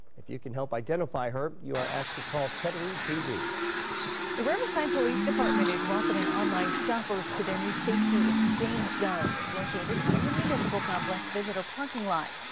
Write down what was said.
if you can help identify her. you are asked to call kettering p d. lauren the riverside police department is welcoming online shoppers to their new safety exchange zone it's located in the municipal complex visitor parking lot,